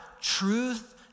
Truth